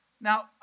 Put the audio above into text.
Now